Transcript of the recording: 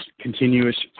continuous